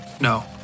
no